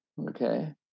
Okay